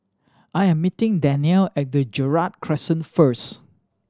I am meeting Dannielle at Gerald Crescent first